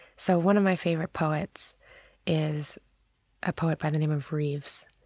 so one of my favorite poets is a poet by the name of rives,